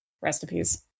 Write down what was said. Recipes